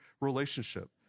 relationship